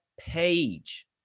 page